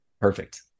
perfect